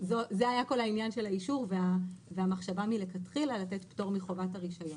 זה היה כל העניין של האישור והמחשבה מלכתחילה לתת פטור מחובת הרישיון.